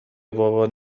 بابات